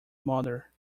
mother